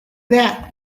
that